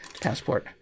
passport